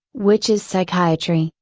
which is psychiatry,